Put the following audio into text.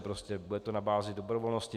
Prostě bude to na bázi dobrovolnosti.